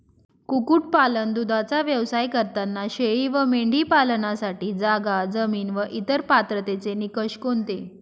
कुक्कुटपालन, दूधाचा व्यवसाय करताना शेळी व मेंढी पालनासाठी जागा, जमीन व इतर पात्रतेचे निकष कोणते?